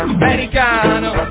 americano